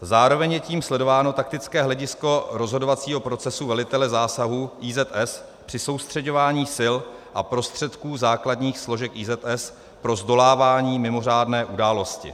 Zároveň je tím sledováno taktické hledisko rozhodovacího procesu velitele zásahu IZS při soustřeďování sil a prostředků základních složek IZS pro zdolávání mimořádné události.